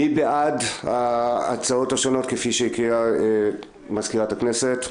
מי בעד ההצעות השונות כפי שהקריאה מזכירת הכנסת?